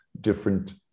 different